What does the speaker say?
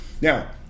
Now